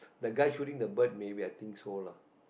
he guy shooting the bird maybe I think so lah